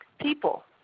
people